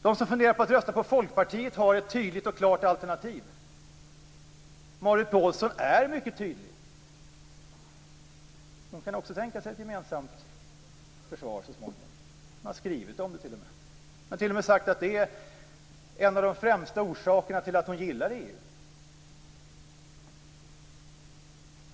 De som funderar att rösta på Folkpartiet har ett tydligt och klart alternativ. Marit Paulsen är mycket tydlig. Hon kan också tänka sig ett gemensamt försvar så småningom. Hon har t.o.m. skrivit om det och sagt att det är en av de främsta orsakerna till att hon gillar EU.